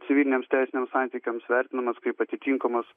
civiliniams teisiniams santykiams vertinamas kaip atitinkamos